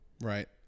right